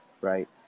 right